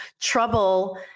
trouble